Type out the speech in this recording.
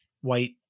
white